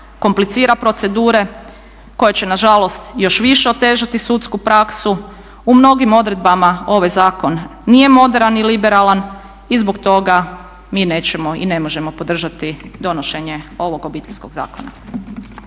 komplicira procedure koje će na žalost još više otežati sudsku praksu. U mnogim odredbama ovaj zakon nije moderan i liberalan i zbog toga mi nećemo i ne možemo podržati donošenje ovog Obiteljskog zakona.